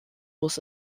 muss